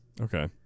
Okay